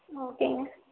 ஓகேங்க